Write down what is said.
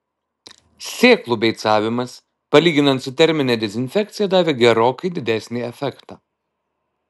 sėklų beicavimas palyginti su termine dezinfekcija davė gerokai didesnį efektą